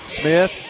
Smith